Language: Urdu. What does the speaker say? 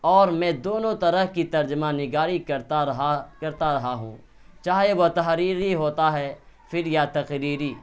اور میں دونوں طرح کی ترجمہ نگاری کرتا رہا کرتا رہا ہوں چاہے وہ تحریری ہوتا ہے پھر یا تقریری